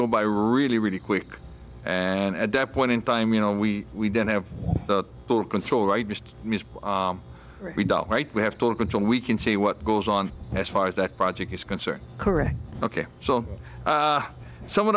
go by really really quick and at that point in time you know we we didn't have full control right just right we have total control we can see what goes on as far as that project is concerned correct ok so some of